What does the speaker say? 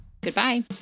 Goodbye